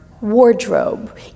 wardrobe